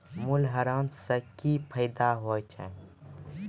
मूल्यह्रास से कि फायदा होय छै?